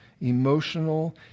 emotional